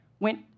went